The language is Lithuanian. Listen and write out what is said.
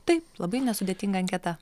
taip labai nesudėtinga anketa